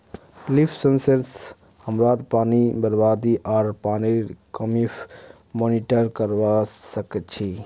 leaf sensor स हमरा पानीर बरबादी आर पानीर कमीक मॉनिटर करवा सक छी